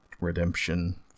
redemption